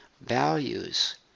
values